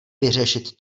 vyřešit